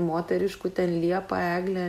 moteriškų ten liepa eglė